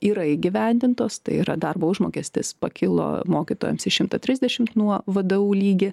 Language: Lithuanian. yra įgyvendintos tai yra darbo užmokestis pakilo mokytojams į šimtą trisdešimt nuo vdu lygį